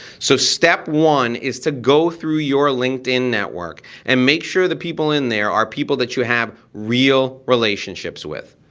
so step one is to go through your linkedin network and make sure the people in there are people that you have real relationships with.